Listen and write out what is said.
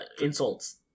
Insults